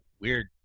weird